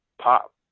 pop